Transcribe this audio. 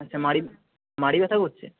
আচ্ছা মাড়ি মাড়ি ব্যথা করছে